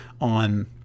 on